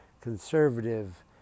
conservative